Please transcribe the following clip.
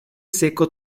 seco